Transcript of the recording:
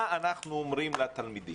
מה אנחנו אומרים לתלמידים?